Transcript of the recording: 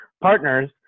partners